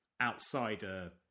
outsider